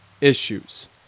issues